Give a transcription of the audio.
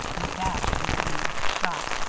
and dashed into the nearest shop.